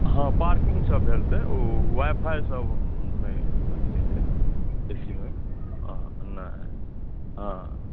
हँ पार्किंग सब भए जेतै ओ वाइ फाइ सब नहि अथी हेतै ए सी मे नहि हँ